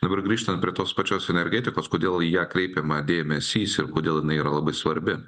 dabar grįžtant prie tos pačios energetikos kodėl į ją kreipiama dėmesys ir kodėl jinai yra labai svarbi